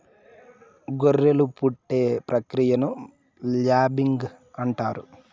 గొర్రెలు పుట్టే ప్రక్రియను ల్యాంబింగ్ అంటారు